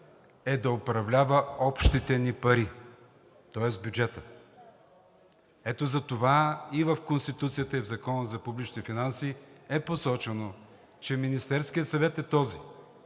е да управлява общите ни пари, тоест бюджета. Ето затова и в Конституцията, и в Закона за публичните финанси е посочено, че Министерският съвет е този,